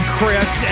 Chris